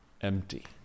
empty